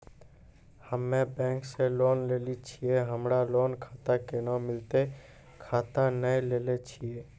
हम्मे बैंक से लोन लेली छियै हमरा लोन खाता कैना मिलतै खाता नैय लैलै छियै?